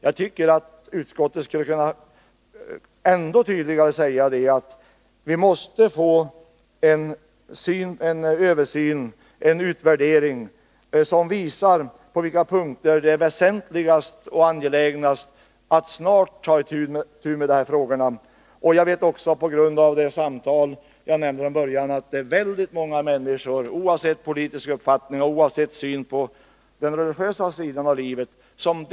Jag tycker att utskottet ännu tydligare borde ha framhållit betydelsen av en översyn och en utvärdering, som visade hur angeläget det är att snarast ta itu med dessa frågor. Jag vet också, med hänvisning till de samtal som jag omnämnde i början av mitt anförande, att väldigt många människor oavsett politisk och religiös inställning delar denna uppfattning.